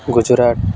Gujarat